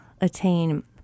attain